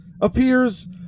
appears